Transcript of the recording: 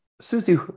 Susie